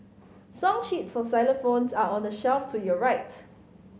song sheets for xylophones are on the shelf to your right